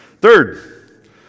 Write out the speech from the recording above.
Third